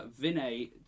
Vinay